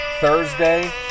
Thursday